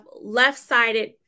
left-sided